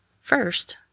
first